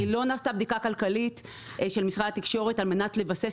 ולא נעשתה בדיקה כלכלית של משרד התקשורת על מנת לבסס